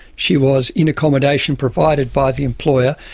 she was in accommodation provided by the employer,